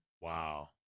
Wow